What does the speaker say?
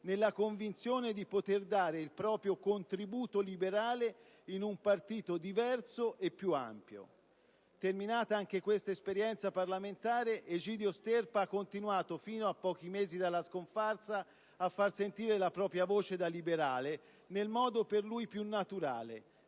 nella convinzione di poter dare il proprio contributo liberale in un partito diverso e più ampio. Terminata anche questa esperienza parlamentare, Egidio Sterpa ha continuato, fino a pochi mesi dalla scomparsa, a far sentire la propria voce di liberale nel modo per lui più naturale: